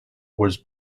was